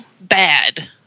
bad